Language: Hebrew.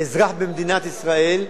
אזרח במדינת ישראל.